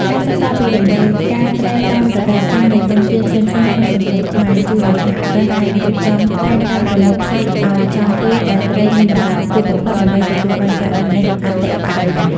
ការសិក្សាពីតម្រូវការត្រីតាមរដូវកាលនៃបុណ្យទានផ្សេងៗក្នុងសង្គមខ្មែរ ជួយឱ្យសហគ្រិនអាចរៀបចំផែនការប្រមូលផលឱ្យចំពេលដែលត្រីមានតម្លៃខ្ពស់បំផុត ដើម្បីទទួលបានប្រាក់ចំណេញអតិបរមា។